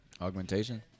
Augmentation